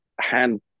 hand